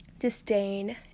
disdain